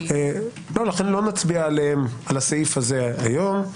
לכן לא נצביע על הסעיף הזה היום.